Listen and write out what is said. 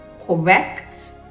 correct